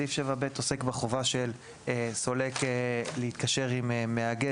סעיף 7ב עוסק בחובה של סולק להתקשר עם מאגד.